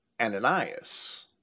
Ananias